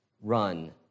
run